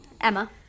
Emma